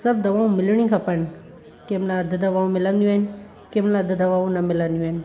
सभु दवाऊं मिलणी खपनि कंहिंमहिल अधि दवाऊं मिलंदियूं आहिनि कंहिंमहिल अधि दवाऊं न मिलंदियूं आहिनि